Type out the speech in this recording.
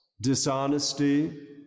dishonesty